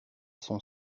son